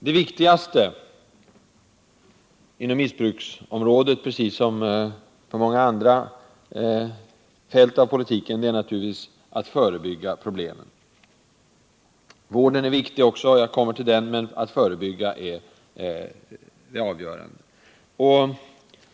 Det viktigaste på missbruksområdet, liksom på många andra av politikens fält, är naturligtvis att förebygga problemen. Vården är viktig — jag återkommer till den — men att förebygga är det avgörande.